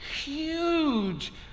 huge